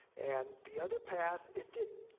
and the other path, it didn't.